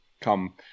come